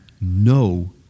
no